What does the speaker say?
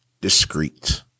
discreet